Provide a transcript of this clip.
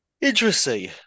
interesting